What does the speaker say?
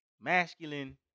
masculine